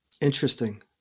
Interesting